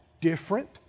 different